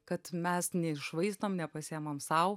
kad mes neiššvaistom nepasiimam sau